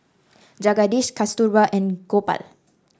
Jagadish Kasturba and Gopal